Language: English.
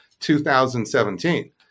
2017